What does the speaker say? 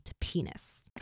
Penis